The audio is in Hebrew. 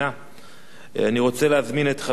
אני רוצה להזמין את חבר הכנסת כץ.